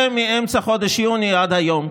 ומאמצע חודש יוני עד היום,